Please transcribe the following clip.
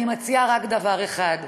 אני מציעה רק דבר אחד: